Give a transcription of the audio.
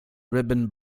ribbon